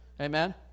Amen